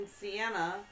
Sienna